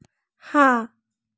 हाँ